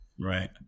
Right